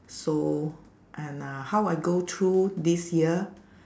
so and uh how I go through this year